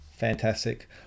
fantastic